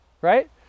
right